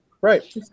Right